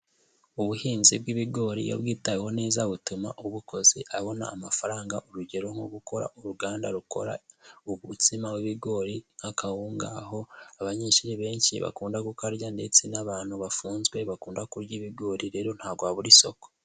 Ubuhinzi bw'ibigori iyo bwitaweho neza butuma ubukoze abona amafaranga, urugero nko gukora uruganda rukora umutsima w'ibigori nk'akawunga, aho abanyeshuri benshi bakunda ku karya ndetse n'abantu bafunzwe bakunda kurya ibigori, rero ntabwo wabura isoko.